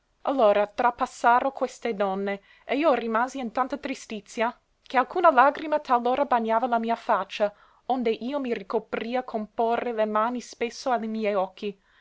allora trapassaro queste donne ed io rimasi in tanta tristizia che alcuna lagrima talora bagnava la mia faccia onde io mi ricopria con porre le mani spesso a li miei occhi